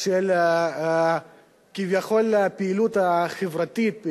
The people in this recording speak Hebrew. של כביכול הפעילות החברתית,